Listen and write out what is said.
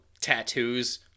tattoos